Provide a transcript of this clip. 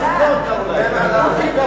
חבר הכנסת אורי אריאל.